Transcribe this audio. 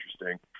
interesting